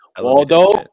Waldo